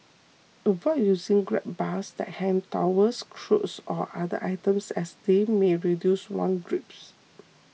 avoid using grab bars to hang towels clothes or other items as they may reduce one's grips